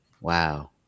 wow